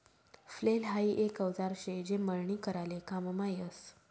flail हाई एक औजार शे जे मळणी कराले काममा यस